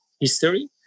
history